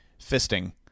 fisting